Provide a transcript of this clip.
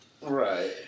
Right